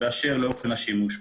באשר לאון השימוש בו.